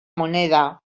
moneda